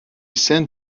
sent